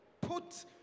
put